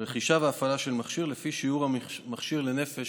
רכישה והפעלה של מכשיר לפי שיעור המכשירים לנפש,